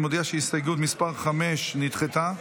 אני מודיע שהסתייגות מס' 5 נדחתה.